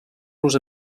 los